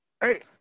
Hey